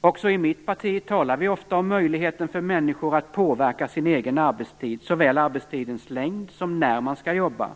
Också i mitt parti talar vi ofta om möjligheten för människor att påverka sin egen arbetstid, såväl arbetstidens längd som när man skall jobba.